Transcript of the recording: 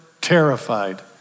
terrified